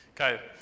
Okay